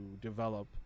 develop